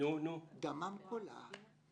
דמם קולה,